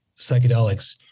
psychedelics